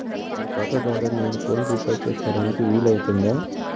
నా ఖాతా ద్వారా నేను ఫోన్ రీఛార్జ్ చేసుకోవడానికి వీలు అవుతుందా?